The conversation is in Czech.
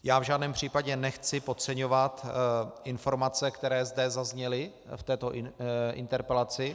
Já v žádném případě nechci podceňovat informace, které zde zazněly v této interpelaci.